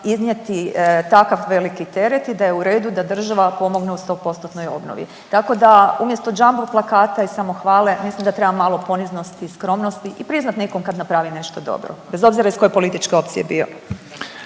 iznijeti takav veliki teret i da je u redu da država pomogne u 100%-tnoj obnovi. Tako da umjesto jumbo plakata i samohvale mislim da treba malo poniznosti i skromnosti i priznat nekom kad napravi nešto dobro bez obzira iz koje političke opcije bio.